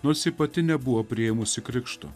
nors ji pati nebuvo priėmusi krikšto